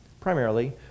primarily